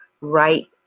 right